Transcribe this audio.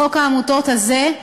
לחוק העמותות הזה,